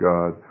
God